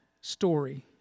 story